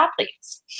athletes